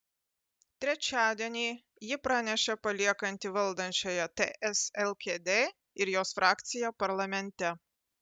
trečiadienį ji pranešė paliekanti valdančiąją ts lkd ir jos frakciją parlamente